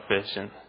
fishing